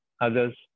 others